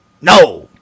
No